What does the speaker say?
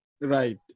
Right